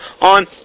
on